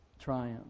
triumph